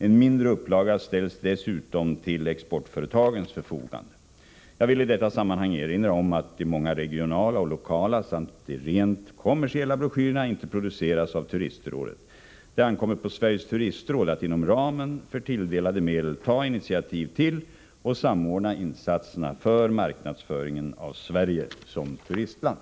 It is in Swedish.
En mindre upplaga ställs dessutom till exportföretagens förfogande. Jag vill i detta sammanhang erinra om att de många regionala och lokala samt de rent kommersiella broschyrerna inte produceras av turistrådet. Det ankommer på Sveriges turistråd att inom ramen för tilldelade medel ta initiativ till och samordna insatserna för marknadsföringen av Sverige som turistland.